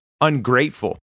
Ungrateful